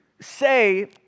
say